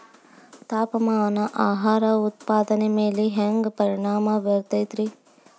ತಾಪಮಾನ ಆಹಾರ ಉತ್ಪಾದನೆಯ ಮ್ಯಾಲೆ ಹ್ಯಾಂಗ ಪರಿಣಾಮ ಬೇರುತೈತ ರೇ?